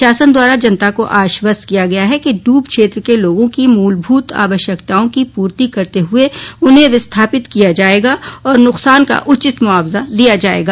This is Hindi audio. शासन द्वारा जनता को आश्वस्त किया गया है कि ड्रब क्षेत्र के लोंगो की मूलभूत आवश्यकताओं की पूर्ति करते हुए उन्हें विस्थापित किया जायेगा और नुकसान का उचित मुआवजा दिया जायेगा